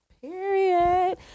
Period